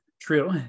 True